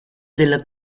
della